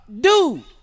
dude